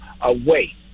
away